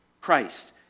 Christ